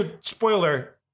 Spoiler